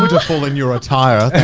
wonderful in your attire.